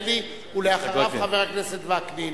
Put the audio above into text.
חבר הכנסת מיכאלי,